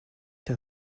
der